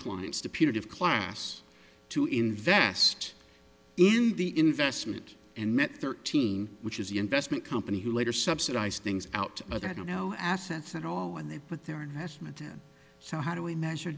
clients to punitive class to invest in the investment and met thirteen which is the investment company who later subsidize things out but i don't know assets at all when they put their investment so how do we measure